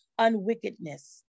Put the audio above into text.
unwickedness